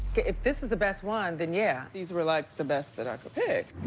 if this is the best one, then yeah. these were like the best that i could pick.